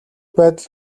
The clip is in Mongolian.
байдалд